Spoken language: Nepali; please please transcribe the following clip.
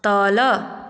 तल